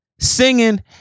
singing